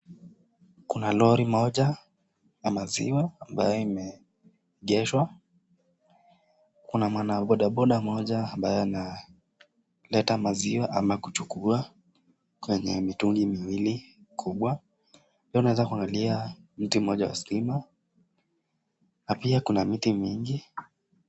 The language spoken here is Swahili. Kuna lori moja ya maziwa ambayo imeegeshwa, Kuna mwana bodaboda mmoja ambaye analeta maziwa ama kuchukua kwenye mitungi miwili kubwa. Pia unaweza kuangalia mti mmoja wa stima na pia kuna miti mingi.